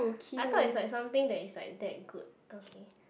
I thought is like something that is like that good okay